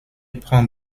prend